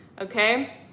okay